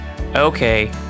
Okay